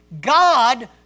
God